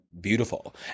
beautiful